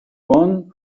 one